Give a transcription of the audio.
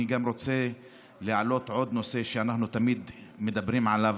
אני גם רוצה להעלות עוד נושא שאנחנו תמיד מדברים עליו,